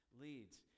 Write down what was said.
leads